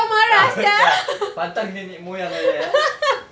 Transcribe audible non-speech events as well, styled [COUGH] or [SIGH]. tak [BREATH] tak pantang nenek moyang like that eh